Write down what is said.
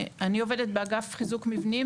אני עובדת באגף חיזוק מבנים,